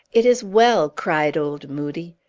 it is well, cried old moodie.